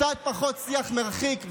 קצת פחות שיח מרחיק,